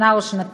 שנה או שנתיים,